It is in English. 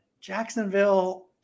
Jacksonville